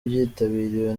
byitabiriwe